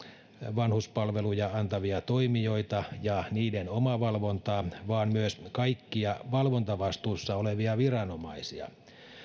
vanhuspalveluja antavia toimijoita ja niiden omavalvontaa vaan myös kaikkia valvontavastuussa olevia viranomaisia